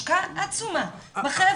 אז יש לנו השקעה עצומה באוטיסטים